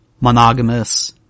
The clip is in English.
monogamous